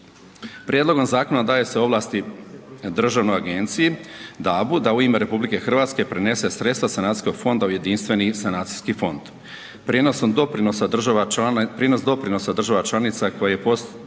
Prijedlogom zakona daje se ovlasti državnoj agenciji, DAB-u da u ime RH prenese sredstva sanacijskog fonda u Jedinstveni sanacijski fond. Prijenosom doprinosa država prinos doprinosa